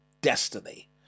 destiny